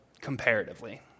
comparatively